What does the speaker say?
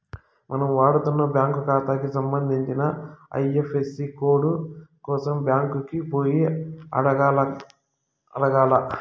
మనం వాడతన్న బ్యాంకు కాతాకి సంబంధించిన ఐఎఫ్ఎసీ కోడు కోసరం బ్యాంకికి పోయి అడగాల్ల